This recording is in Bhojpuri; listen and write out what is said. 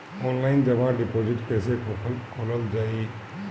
आनलाइन जमा डिपोजिट् कैसे खोलल जाइ?